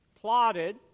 plotted